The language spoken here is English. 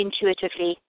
intuitively